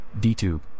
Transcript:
DTube